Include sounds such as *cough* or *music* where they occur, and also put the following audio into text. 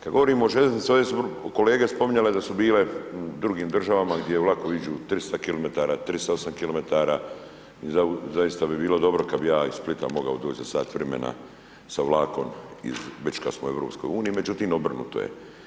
Kada govorimo o željeznici, ovdje su kolege spominjale da su bile u drugim državama gdje vlakovi iđu 300 kilometara, … *unintelligible* kilometara i zaista bi bilo dobro kada bi ja iz Splita mogao doći za sat vremena sa vlakom već kada smo u EU, međutim, obrnuto je.